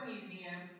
Museum